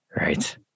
Right